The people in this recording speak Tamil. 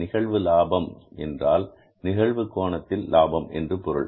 நிகழ்வு லாபம் என்றால் நிகழ்வு கோணத்தில் லாபம் என்று பொருள்